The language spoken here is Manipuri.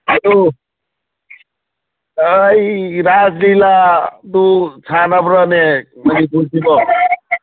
ꯑꯗꯨ ꯑꯩ ꯔꯥꯁ ꯂꯤꯂꯥꯗꯨ ꯁꯥꯟꯅꯕ꯭ꯔꯥꯅꯦ ꯃꯅꯤꯄꯨꯔꯁꯤꯕꯣ